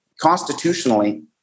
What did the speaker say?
constitutionally